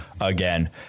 again